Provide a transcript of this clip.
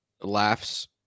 laughs